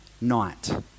night